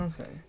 Okay